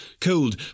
cold